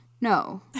No